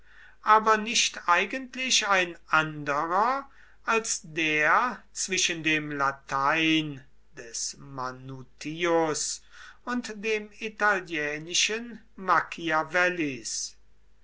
aber nicht eigentlich ein anderer als der zwischen dem latein des manutius und dem italienischen